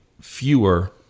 fewer